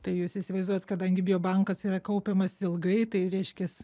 tai jūs įsivaizduojat kadangi bio bankas yra kaupiamas ilgai tai reiškias